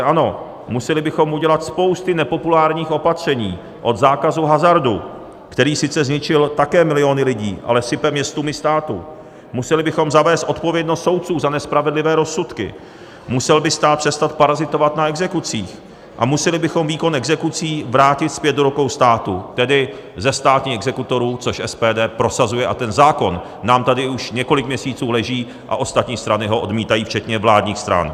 Ano, museli bychom udělat spousty nepopulárních opatření od zákazu hazardu, který sice zničil také miliony lidí, ale sype městům i státu, museli bychom zavést odpovědnost soudců za nespravedlivé rozsudky, musel by stát přestat parazitovat na exekucích a museli bychom výkon exekucí vrátit zpět do rukou státu, tedy zestátnění exekutorů, což SPD prosazuje, a ten zákon nám tady už několik měsíců leží a ostatní strany ho odmítají včetně vládních stran.